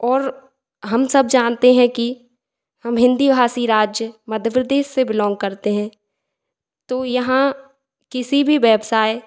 और हम सब जानते हैं कि हम हिंदी भाषी राज्य मध्य प्रदेश से बिलॉग करते हैं तो यहाँ किसी भी व्यवसाय